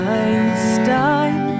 Einstein